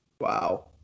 wow